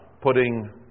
putting